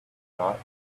thought